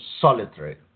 Solitary